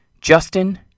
Justin